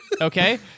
Okay